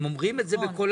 הם אומרים את זה בקולם,